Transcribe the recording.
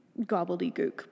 gobbledygook